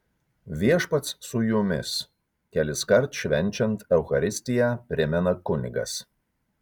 viešpats su jumis keliskart švenčiant eucharistiją primena kunigas